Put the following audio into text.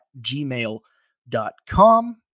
gmail.com